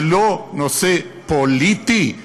זה לא נושא פוליטי.